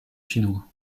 chinois